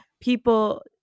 people